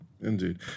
indeed